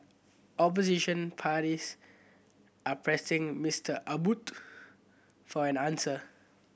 opposition parties are pressing Mister Abbott for an answer